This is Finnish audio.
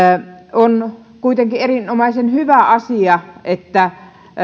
on kuitenkin erinomaisen hyvä asia että